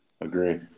Agree